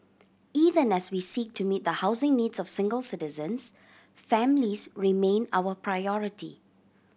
even as we seek to meet the housing needs of single citizens families remain our priority